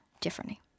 differently